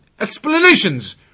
explanations